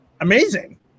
amazing